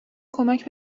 کمک